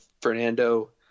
Fernando